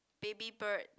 baby bird